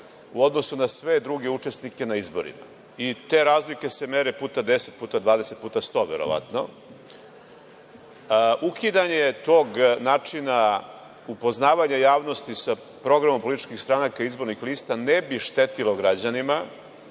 u odnosu na sve druge učesnike na izborima. I te razlike se mere puta deset, puta 20, puta 100 verovatno. Ukidanje tog načina upoznavanja javnosti sa programom političkih stranaka i izbornih lista ne bi štetilo građanima,